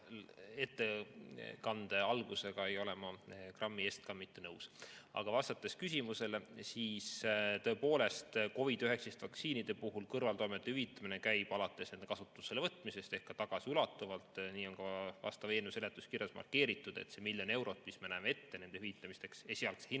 [küsimuse] algusega ei olema ma grammi eest ka mitte nõus. Aga vastates küsimusele, siis tõepoolest, COVID-19 vaktsiinide puhul kõrvaltoimete hüvitamine käib alates nende kasutusele võtmisest ehk ka tagasiulatuvalt. Nii on ka vastava eelnõu seletuskirjas markeeritud, et see miljon eurot, mis me näeme ette nende hüvitamiseks esialgse hinnangu